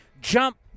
jump